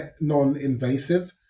non-invasive